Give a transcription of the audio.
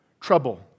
Trouble